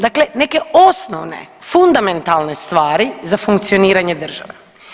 Dakle, neke osnovne, fundamentalne stvari za funkcioniranje države.